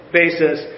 basis